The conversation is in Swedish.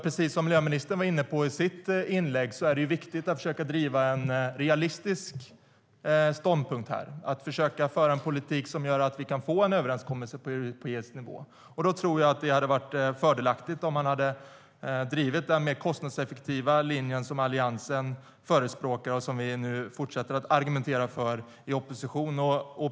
Precis som miljöministern var inne på i sitt inlägg är det viktigt att försöka driva en realistisk ståndpunkt här och att försöka föra en politik som gör att vi kan få en överenskommelse på europeisk nivå. Då tror jag att det hade varit fördelaktigt om man hade drivit den mer kostnadseffektiva linje som Alliansen förespråkar och som vi nu fortsätter att argumentera för i opposition.